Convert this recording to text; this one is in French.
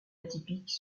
atypique